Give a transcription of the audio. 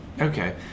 Okay